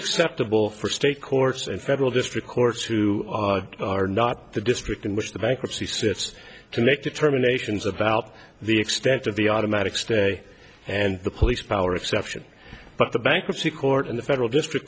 acceptable for state courts in federal district courts who are not the district in which the bankruptcy sits to make determinations about the extent of the automatic stay and the police power exception but the bankruptcy court in the federal district